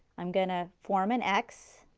i'm going to form an x,